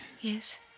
Yes